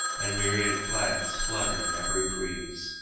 and myriad flags flutter in every breeze,